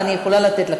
ואני יכולה לתת לך.